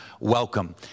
welcome